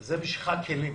אלה בשבילך כלים,